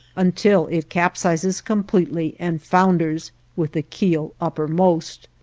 until it capsizes completely and founders with the keel uppermost.